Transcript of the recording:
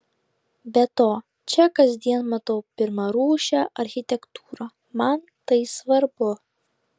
be to čia kasdien matau pirmarūšę architektūrą man tai svarbu